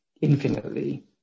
infinitely